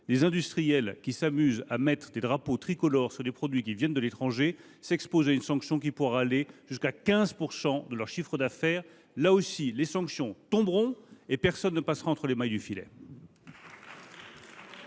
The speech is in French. Les industriels qui s’amusent à mettre des drapeaux tricolores sur des produits qui viennent de l’étranger s’exposent à une sanction qui pourra aller jusqu’à 15 % de leur chiffre d’affaires. Là aussi, les sanctions tomberont et personne ne passera entre les mailles du filet.